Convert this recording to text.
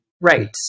Right